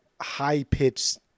high-pitched